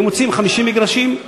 היו מוציאים 50 מגרשים,